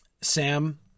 Sam